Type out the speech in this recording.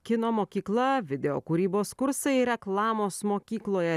kino mokykla video kūrybos kursai reklamos mokykloje